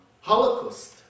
Holocaust